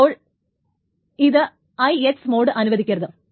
അപ്പോൾ അത് IX mode അനുവദിക്കരുത്